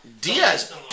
Diaz